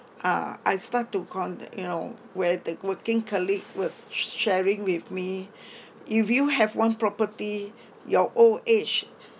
ah I start to count you know where the working colleague was sharing with me if you have one property your old age